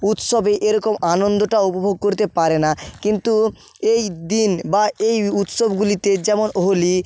উৎসবে এরকম আনন্দটা উপভোগ করতে পারে না কিন্তু এই দিন বা এই উৎসবগুলিতে যেমন হোলি